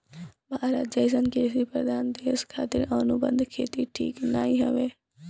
भारत जइसन कृषि प्रधान देश खातिर अनुबंध खेती ठीक नाइ हवे